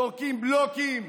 זורקים בלוקים,